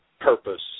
purpose